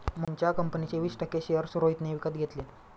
मोहनच्या कंपनीचे वीस टक्के शेअर्स रोहितने विकत घेतले